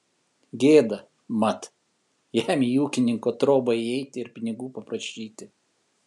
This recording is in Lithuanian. gėda mat jam į ūkininko trobą įeiti ir pinigų paprašyti